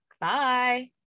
Bye